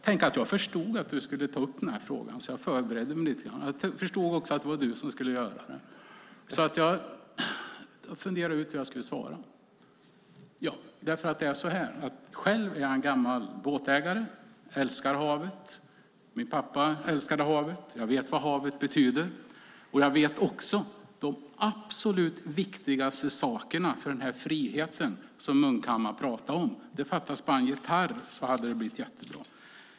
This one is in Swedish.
Tänk att jag förstod att du skulle ta upp den här frågan. Därför förberedde jag mig lite grann. Jag funderade ut hur jag skulle svara. Jag är själv en gammal båtägare. Jag älskar havet. Min pappa älskade havet. Jag vet vad havet betyder. Jag vet också vilka de absolut viktigaste sakerna är för den frihet som Munkhammar pratade om - det fattades bara en gitarr; då hade det blivit jättebra.